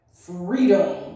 freedom